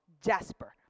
Jasper